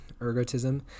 ergotism